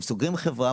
הם סוגרים חברה,